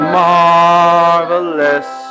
marvelous